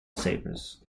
savers